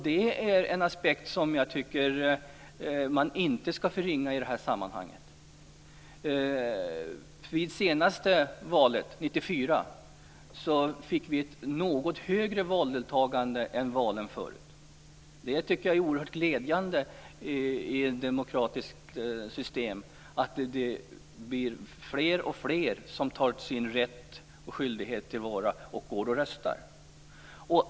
Det är en aspekt som man inte skall förringa i detta sammanhang. Vid det senaste valet 1994 var valdeltagandet något större än vid de tidigare. Jag tycker att det är oerhört glädjande i ett demokratiskt system att fler och fler tar sin rätt och sin skyldighet till vara och går och röstar.